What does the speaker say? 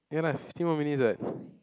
ya lah fifteen more minutes [what]